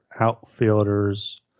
outfielders